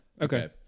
Okay